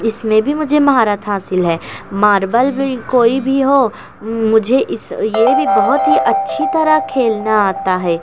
اس میں بھی مجھے مہارت حاصل ہے ماربل بھی کوئی بھی ہو مجھے اس یہ بھی بہت ہی اچھی طرح کھیلنا آتا ہے